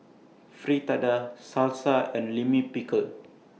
Fritada Salsa and Lime Pickle